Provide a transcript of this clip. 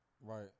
Right